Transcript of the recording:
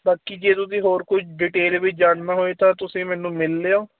ਬਾਕੀ ਜੇ ਤੁਸੀਂ ਹੋਰ ਕੁਛ ਡਿਟੇਲ ਵਿੱਚ ਜਾਣਨਾ ਹੋਏ ਤਾਂ ਤੁਸੀਂ ਮੈਨੂੰ ਮਿਲ ਲਿਓ